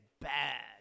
bad